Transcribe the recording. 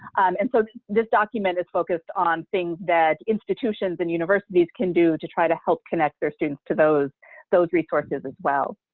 and so this document is focused on things that institutions and universities can do to try to help connect their students to those those resources as well.